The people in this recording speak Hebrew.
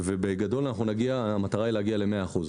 בגדול המטרה היא להגיע ל-100 אחוזים.